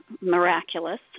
miraculous